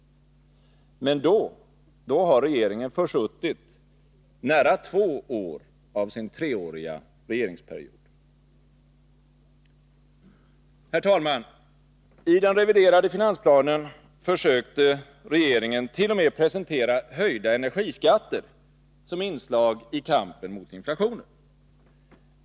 Men då har regeringen försuttit nära två år av sin treåriga period vid makten. Herr talman! I den reviderade finansplanen försökte regeringen t.o.m. presentera höjda energiskatter som inslag i kampen mot inflationen.